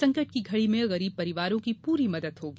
संकट की घड़ी में गरीब परिवार की पूरी मदद होगी